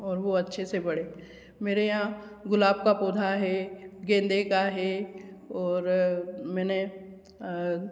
और वो अच्छे से बढ़ें मेरे यहाँ गुलाब का पौधा है गेंदे का है और मैंने